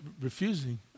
refusing